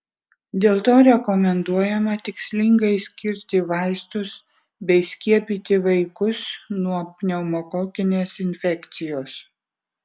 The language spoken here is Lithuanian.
dėl to rekomenduojama tikslingai skirti vaistus bei skiepyti vaikus nuo pneumokokinės infekcijos